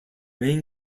main